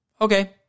okay